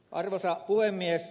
arvoisa puhemies